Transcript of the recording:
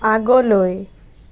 আগলৈ